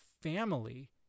family